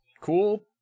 cool